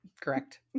Correct